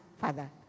father